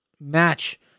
match